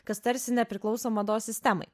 kas tarsi nepriklauso mados sistemai